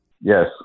yes